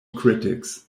critics